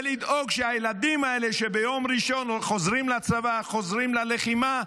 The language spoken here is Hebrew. ולדאוג שהילדים האלה שביום ראשון חוזרים לצבא או חוזרים ללחימה,